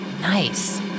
Nice